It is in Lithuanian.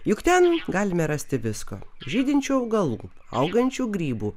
juk ten galime rasti visko žydinčių augalų augančių grybų